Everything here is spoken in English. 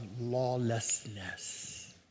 lawlessness